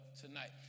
tonight